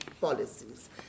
policies